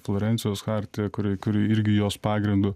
florencijos chartija kuri kuri irgi jos pagrindu